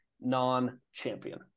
non-champion